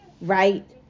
right